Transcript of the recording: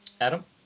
Adam